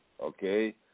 okay